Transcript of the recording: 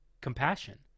compassion